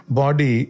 body